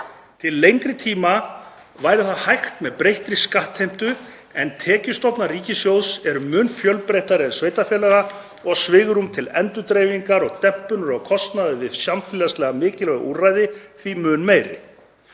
Til lengri tíma væri það hægt með breyttri skattheimtu, en tekjustofnar ríkissjóðs eru mun fjölbreyttari en sveitarfélaga og svigrúm til endurdreifingar og dempunar á kostnaði við samfélagslega mikilvæg úrræði því mun meira.